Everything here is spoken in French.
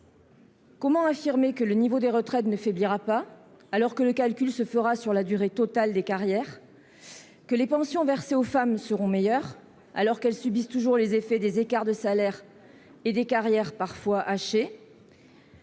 Comment affirmer que le niveau des retraites ne faiblira pas, alors qu'elles seront calculées sur la durée totale des carrières ? Que les pensions versées aux femmes seront meilleures, alors que celles-ci subissent toujours les effets des écarts de salaire et de carrières parfois hachées ?